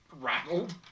rattled